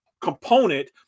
component